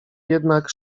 jednak